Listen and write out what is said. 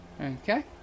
Okay